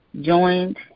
joined